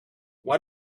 why